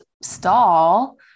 stall